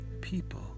people